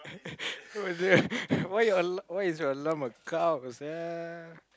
what is it why your al~ why is your alarm a cow sia